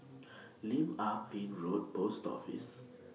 Lim Ah Pin Road Post Office